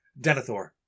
Denethor